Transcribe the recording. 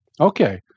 Okay